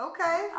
Okay